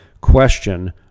question